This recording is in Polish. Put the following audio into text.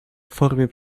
formy